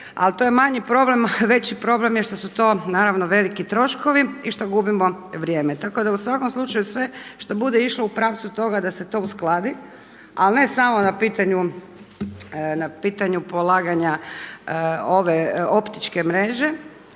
Ali to je manji problem, veći problem je što su to veliki troškovi i što gubimo vrijeme. Tako da u svakom slučaju sve što bude išlo u praksu toga da se to uskladi, ali ne samo na pitanju polaganja ove optičke mreže